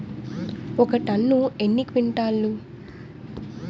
ఒక టన్ను ఎన్ని క్వింటాల్లు?